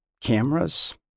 cameras